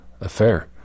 affair